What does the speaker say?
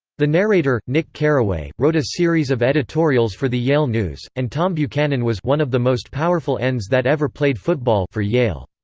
the narrator, nick carraway, wrote a series of editorials for the yale news, and tom buchanan was one of the most powerful ends that ever played football for yale.